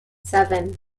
seven